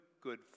good